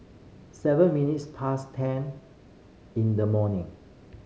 seven minutes past ten in the morning